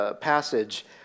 passage